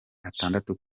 atandatu